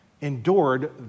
endured